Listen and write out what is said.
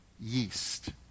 yeast